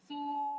so